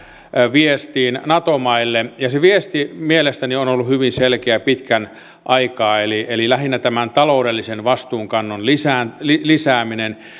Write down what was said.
viestiin nato maille se viesti mielestäni on on ollut hyvin selkeä pitkän aikaa eli eli lähinnä tämän ta loudellisen vastuunkannon lisääminen